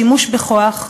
שימוש בכוח,